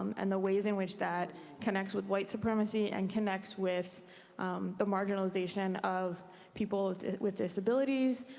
and the ways in which that connects with white supremacy and connects with the marginalization of people with disabilities